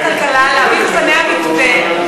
אתה התחייבת בפני ועדת הכלכלה להביא בפניה מתווה,